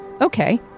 Okay